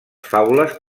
faules